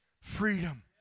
freedom